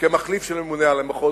כמחליף של הממונה על המחוז.